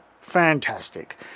Fantastic